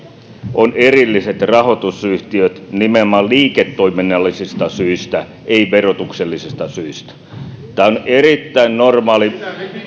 on erilliset rahoitusyhtiöt nimenomaan liiketoiminnallisista syistä ei verotuksellisista syistä tämä on erittäin normaali